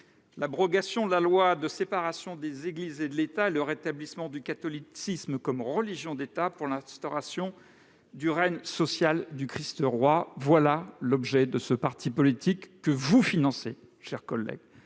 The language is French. l'abrogation de la loi de séparation des Églises et de l'État et le rétablissement du catholicisme comme religion d'État pour l'instauration du règne social du Christ Roi ». Tel est l'objet de ce parti politique, que vous financez, mes chers collègues